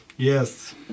Yes